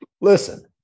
listen